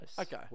Okay